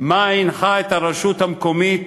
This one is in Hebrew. מה הנחה את הרשות המקומית